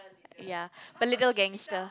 ya but little gangster